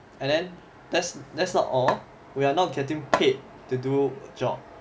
and then that's that's not all we're not getting paid to do job